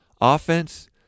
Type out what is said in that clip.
Offense